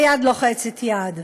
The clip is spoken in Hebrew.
ויד לוחצת יד.